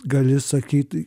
gali sakyt